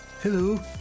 Hello